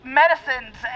medicines